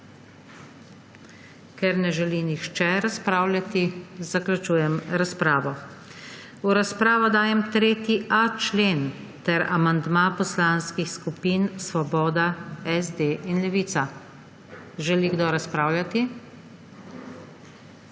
Ker ne želi nihče razpravljati, zaključujem razpravo. V razpravo dajem 3.a člen ter amandma poslanskih skupin Svoboda, SD in Levica. Želi kdo razpravljati?